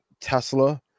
Tesla